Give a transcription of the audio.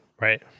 Right